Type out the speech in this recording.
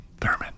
Thurman